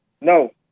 No